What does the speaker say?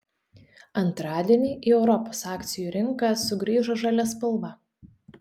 antradienį į europos akcijų rinką sugrįžo žalia spalva